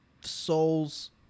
souls